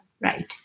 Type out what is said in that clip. right